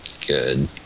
good